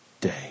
day